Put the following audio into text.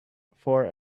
for